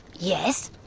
yes!